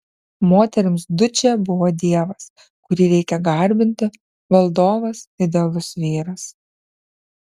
moterims dučė buvo dievas kurį reikia garbinti valdovas idealus vyras